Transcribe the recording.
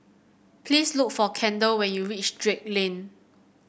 please look for Kendal when you reach Drake Lane